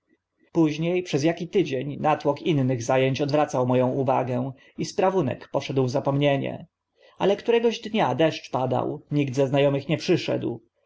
późnie przez aki tydzień natłok innych za ęć odwracał mo ą uwagę i sprawunek poszedł w zapomnienie ale któregoś dnia deszcz padał nikt ze zna omych nie przyszedł